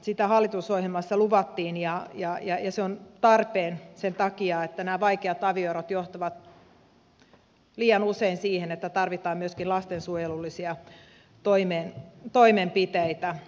sitä hallitusohjelmassa luvattiin ja se on tarpeen sen takia että nämä vaikeat avioerot johtavat liian usein siihen että tarvitaan myöskin lastensuojelullisia toimenpiteitä